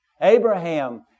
Abraham